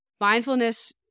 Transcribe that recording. mindfulness